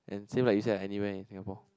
and same like you say ah anywhere in Singapore